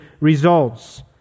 results